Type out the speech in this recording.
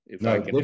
No